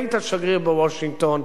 היית שגריר בוושינגטון.